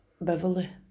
Beverly